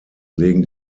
legen